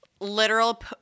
Literal